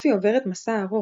סופי עוברת מסע ארוך.